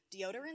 deodorant